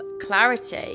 clarity